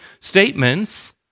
statements